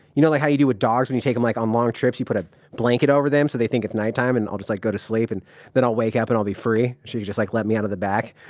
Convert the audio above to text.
you know like how you do with dogs when you take them on like um long trips, you put a blanket over them so they think it's nighttime? and i'll just like go to sleep and then i'll wake up and i'll be free. she can just like let me out of the back.